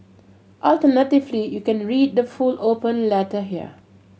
alternatively you can read the full open letter here